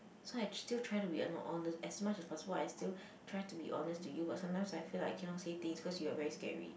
so I still trying to be honest as much as possible I still try to be honest to you but sometimes I feel like I cannot say things because you are very scary